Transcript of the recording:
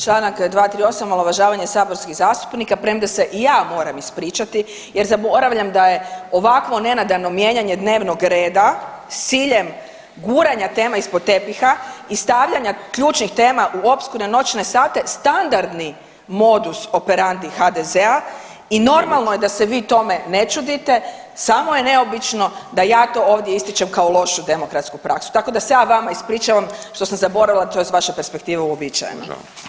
Čl. 238. omalovažavanje saborskih zastupnika, premda se i ja moram ispričati jer zaboravljam da je ovako nenadano mijenjanje dnevnog reda s ciljem guranja tema ispod tepiha i stavljanja ključnih tema u oskudne noćne sate standardni modus operandi HDZ-a i normalno je da se vi tome ne čudite, samo je neobično da ja to ovdje ističem kao lošu demokratsku praksu, tako da se ja vama ispričavam što sam zaboravila, to je iz vaše perspektive uobičajeno.